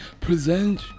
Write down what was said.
Present